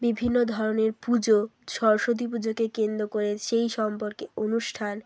বিভিন্ন ধরনের পুজো সরস্বতী পুজোকে কেন্দ্র করে সেই সম্পর্কে অনুষ্ঠান